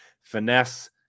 finesse